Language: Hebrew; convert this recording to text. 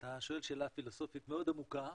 אתה שואל שאלה פילוסופית מאוד עמוקה.